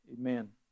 Amen